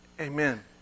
Amen